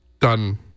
done